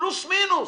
פלוס-מינוס.